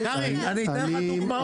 קרעי, אני אתן לך דוגמאות.